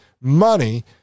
money